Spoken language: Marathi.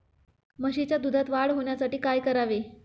म्हशीच्या दुधात वाढ होण्यासाठी काय करावे?